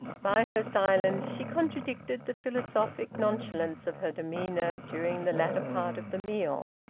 by her silence she contradicted the philosophic nonchalance of her demeanour during the latter part of the meal.